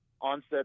onset